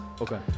Okay